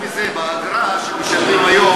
חוץ מזה, באגרה שמשלמים היום,